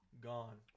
gone